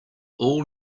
all